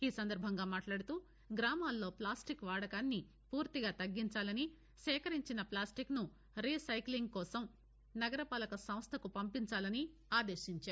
ఈ సందర్బంగా మాట్లాడుతూ గ్రామాల్లో ప్రాస్టిక్ వాడకాన్ని పూర్తిగా తగ్గించాలని సేకరించిన ప్లాస్టిక్ను రీస్రెక్లింగ్ కోసం నగర పాలక సంస్థకు పంపించాలని ఆదేశించారు